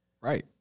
right